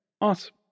Awesome